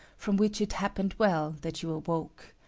from which it happened well that you awoke.